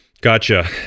Gotcha